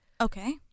okay